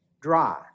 dry